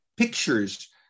Pictures